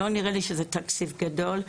לא נראה לי שמדובר בתקציב גדול.